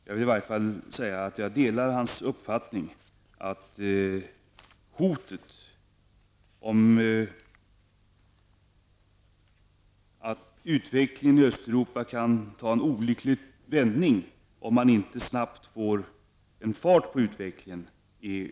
Jag vill i varje fall säga att jag delar hans uppfattning att utvecklingen i Östeuropa hotar ta en olycklig vändning, om man inte snabbt får fart på framåtskridandet.